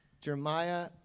Jeremiah